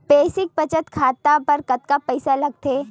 Basic बचत खाता बर कतका पईसा लगथे?